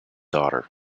daughter